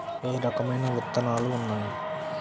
ఏ రకమైన విత్తనాలు ఉన్నాయి?